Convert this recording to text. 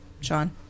Sean